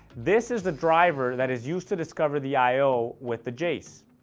this is the driver that is used to discover the i o with the jace.